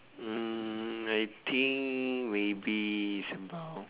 mm I think maybe